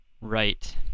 right